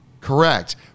Correct